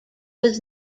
was